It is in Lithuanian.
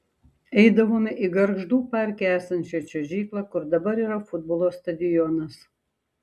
eidavome į gargždų parke esančią čiuožyklą kur dabar yra futbolo stadionas